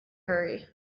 hurry